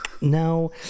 No